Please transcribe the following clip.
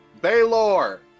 Baylor